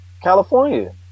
California